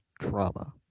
Trauma